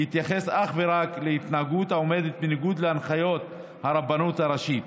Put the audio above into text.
יתייחס אך ורק להתנהגות העומדת בניגוד להנחיות הרבנות הראשית.